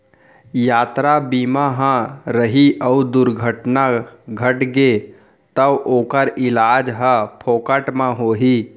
यातरा बीमा ह रही अउ दुरघटना घटगे तौ ओकर इलाज ह फोकट म होही